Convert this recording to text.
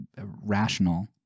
rational